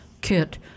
kit